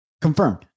Confirmed